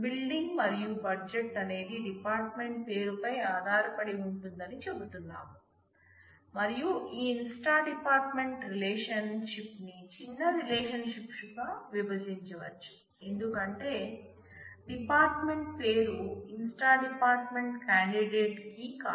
building మరియు budget అనేది department పేరుపై ఆధారపడి ఉంటుందని చెబుతున్నాం మరియు ఈ inst dept రిలేషన్షిప్ నీ చిన్న రిలేషన్షిప్ గా విభజించవచ్చు ఎందుకంటే డిపార్ట్మెంట్ పేరు inst dept కాండిడేట్ కీ కాదు